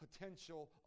potential